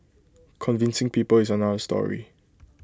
convincing people is another story